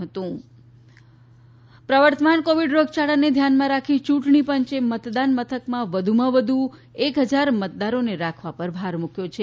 યુંટણી કોવીડ પ્રવર્તમાન કોવીડ રોગયાળાને ધ્યાનમાં રાખીને યૂંટણી પંચે મતદાન મથકમાં વધુમાં વધુ એક હજાર મતદારોને રાખવા પર ભાર મુક્યો છે